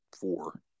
four